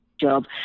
job